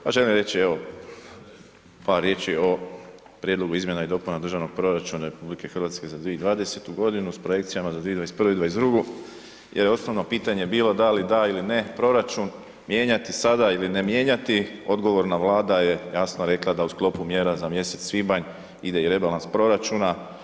Pa želim reći evo par riječi o prijedlogu izmjena i dopuna Državnog proračuna RH za 2020.g. s projekcijama za 2021. i '22. jer osnovno pitanje je bilo da li da ili ne proračun mijenjati sada ili ne mijenjati, odgovorna Vlada je jasno rekla da u sklopu mjera za mjesec svibanj ide i rebalans proračuna.